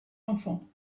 enfants